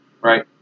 Right